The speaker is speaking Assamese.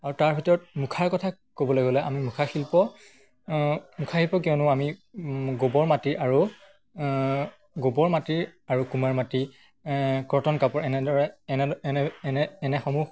আৰু তাৰ ভিতৰত মুখাৰ কথা ক'বলৈ গ'লে আমি মুখা শিল্প মুখা শিল্প কিয়নো আমি গোবৰ মাটিৰ আৰু গোবৰ মাটিৰ আৰু কুমাৰ মাটি কটন কাপোৰ এনেদৰে এনে এনে এনে এনেসমূহ